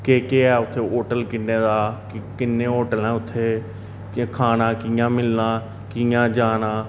केह् केह् ऐ उत्थै होटल किन्नें दा किन्नें होटल न उत्थे खाना कि'यां मिलना कि'यां जाना